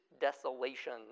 desolation